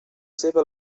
seva